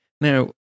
Now